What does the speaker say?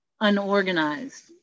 unorganized